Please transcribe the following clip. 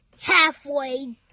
halfway